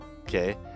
okay